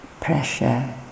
Pressure